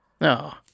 No